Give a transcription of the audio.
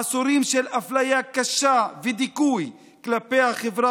עשורים של אפליה קשה ודיכוי כלפי החברה